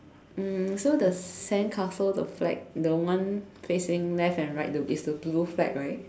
um so the sandcastle the flag the one facing left and right the is the blue flag right